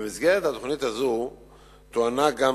במסגרת התוכנית הזאת תוענק גם